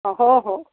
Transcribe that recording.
हो हो